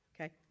Okay